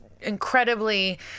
incredibly